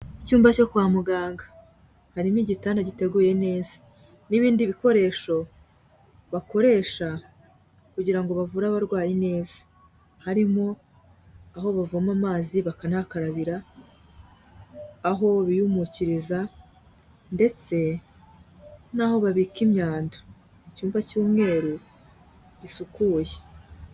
Icyumba cyo kwa muganga, harimo igitanda giteguye neza n'ibindi bikoresho bakoresha kugira ngo ngo bavure abarwayi neza, harimo aho bavoma amazi bakanakarabira, aho biyumukiriza ndetse n'aho babika imyanda, icyumba cy'umweru gisukuye.